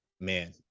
man